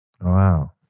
Wow